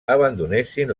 abandonessin